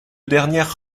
dernière